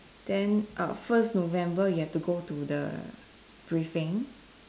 then err first november you have to go to the briefing